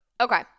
Okay